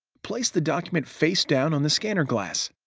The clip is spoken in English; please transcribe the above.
place the document face down on the scanner glass.